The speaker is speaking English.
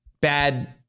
bad